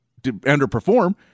underperform